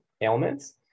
ailments